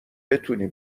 بتونی